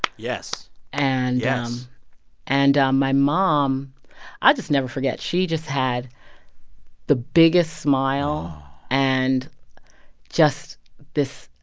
yes and. yes and um my mom i'll just never forget. she just had the biggest smile and just this.